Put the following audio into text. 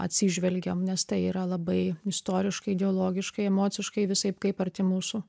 atsižvelgiam nes tai yra labai istoriškai ideologiškai emociškai visaip kaip arti mūsų